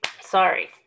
sorry